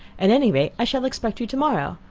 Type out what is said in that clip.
at any rate i shall expect you to-morrow.